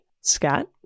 Scott